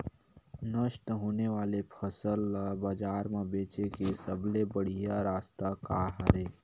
नष्ट होने वाला फसल ला बाजार मा बेचे के सबले बढ़िया रास्ता का हरे?